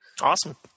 awesome